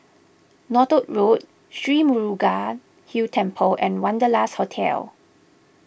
Northolt Road Sri Murugan Hill Temple and Wanderlust Hotel